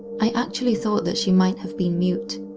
i actually thought that she might have been mute.